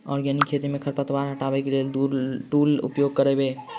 Organic खेती मे खरपतवार हटाबै लेल केँ टूल उपयोग करबै?